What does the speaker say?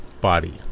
body